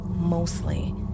Mostly